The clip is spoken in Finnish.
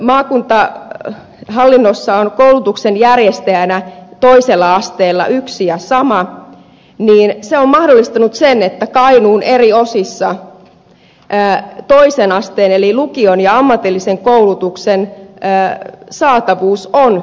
kun maakuntahallinnossa on koulutuksen järjestäjänä toisella asteella yksi ja sama se on mahdollistanut sen että kainuun eri osissa toisen asteen eli lukion ja ammatillisen koulutuksen saatavuus on hyvä